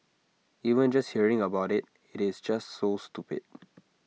even just hearing about IT it is just so stupid